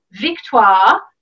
Victoire